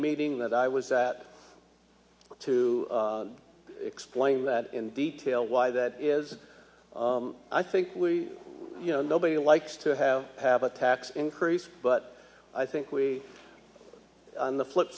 meeting that i was at to explain that in detail why that is i think we you know nobody likes to have have a tax increase but i think we on the flip